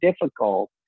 difficult